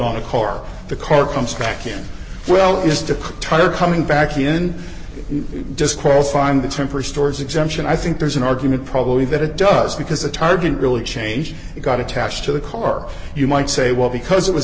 on a car the car comes back in well is the tire coming back in just qualifying the term for stores exemption i think there's an argument probably that it does because the target really change it got attached to the car you might say well because it was